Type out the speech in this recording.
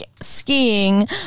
skiing